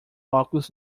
óculos